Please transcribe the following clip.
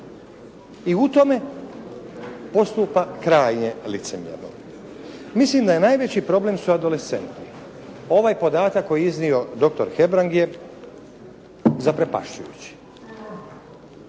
i u tome postupa krajnje licemjerno. Mislim da najveći problem su adolescenti. Ovaj podatak koji je iznio doktor Hebrang je zaprepašćujući.